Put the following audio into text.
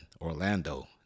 Orlando